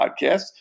podcast